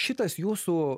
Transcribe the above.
šitas jūsų